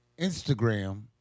Instagram